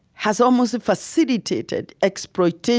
has almost facilitated exploitation